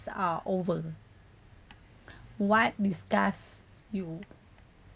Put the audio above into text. are over what disgusts you